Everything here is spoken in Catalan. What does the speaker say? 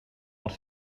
els